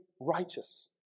righteous